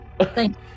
Thank